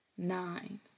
Nine